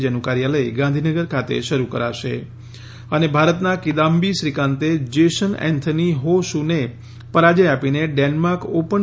જેનું કાર્યાલય ગાંધીનગર ખાતે શરૂ કરાશે ભારતના કિદામ્બી શ્રીકાંતે જેસન એન્થની હો શૂને પરાજય આપીને ડેન્માર્ક ઓપન